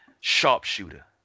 sharpshooter